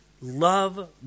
Love